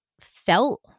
felt